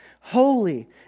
holy